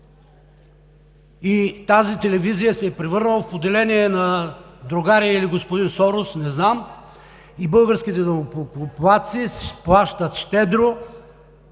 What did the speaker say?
и тази телевизия се е превърнала в поделение на другаря или господин Сорос – не знам, и българските данъкоплатци плащат щедро